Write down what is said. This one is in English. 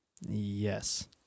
Yes